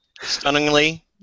Stunningly